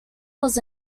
was